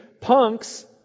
punks